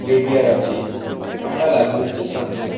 আছে আমরা নাবি হচ্ছে সান্তোসায়